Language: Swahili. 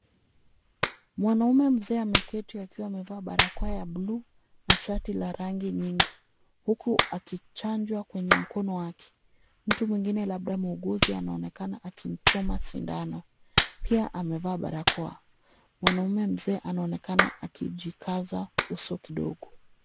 Mwanaume mzee ameketi akiwa amevaa barakoa ya bluu na shati la rangi nyingi huku akichanjwa kwenye mkono wake. Mtu mwingine labda muuguzi anaonekana akimchoma sindano pia amevaa barakoa. Mwanaume mzee anaonekana akijikaza uso kidogo.